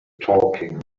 talking